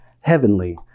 heavenly